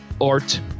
art